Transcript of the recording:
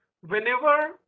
whenever